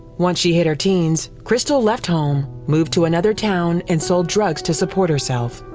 once she hit her teens, crystal left home, moved to another town, and sold drugs to support herself.